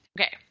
Okay